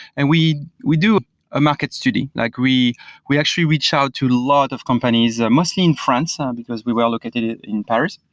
and we we do a market study. like we we actually reach out to a lot of companies, mostly in france, um because we were located in paris.